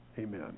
Amen